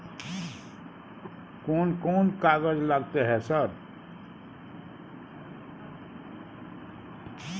कोन कौन कागज लगतै है सर?